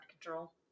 control